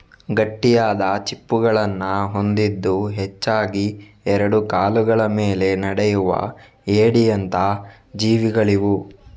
ಗಟ್ಟಿಯಾದ ಚಿಪ್ಪುಗಳನ್ನ ಹೊಂದಿದ್ದು ಹೆಚ್ಚಾಗಿ ಎರಡು ಕಾಲುಗಳ ಮೇಲೆ ನಡೆಯುವ ಏಡಿಯಂತ ಜೀವಿಗಳಿವು